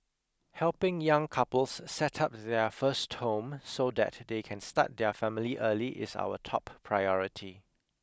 helping young couples set up their first home so that they can start their family early is our top priority